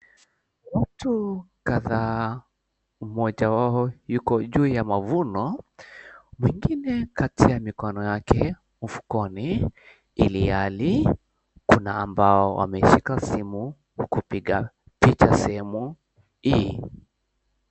Watu kadhaa mmoja wao yuko juu ya mavuno. Mwingine kati ya mikono yake ufukoni ilhali kuna ambao wameshika simu kwa kupiga picha sehemu hii.